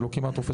זה לא כמעט רופא,